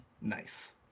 Nice